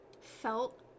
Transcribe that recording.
felt